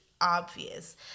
obvious